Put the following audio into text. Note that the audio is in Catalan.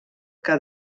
que